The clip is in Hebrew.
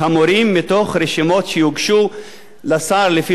מתוך רשימות שיוגשו לשר לפי בקשתו".